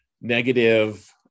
negative